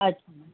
अच्छा